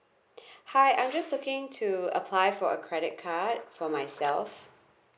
hi I'm just looking to apply for a credit card for myself